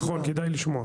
נכון, כדאי לשמוע.